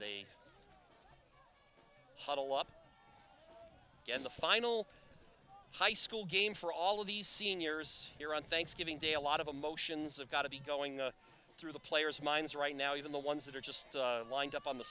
they huddle up in the final high school game for all of the seniors here on thanksgiving day a lot of emotions of got to be going through the players minds right now even the ones that are just lined up on the